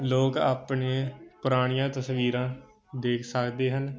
ਲੋਕ ਆਪਣੇ ਪੁਰਾਣੀਆਂ ਤਸਵੀਰਾਂ ਦੇਖ ਸਕਦੇ ਹਨ